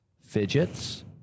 Fidgets